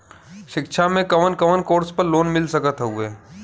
शिक्षा मे कवन कवन कोर्स पर लोन मिल सकत हउवे?